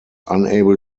unable